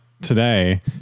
today